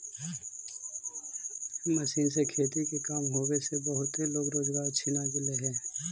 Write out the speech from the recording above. machine से खेती के काम होवे से बहुते लोग के रोजगार छिना गेले हई